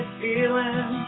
feeling